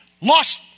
Lost